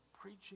preaching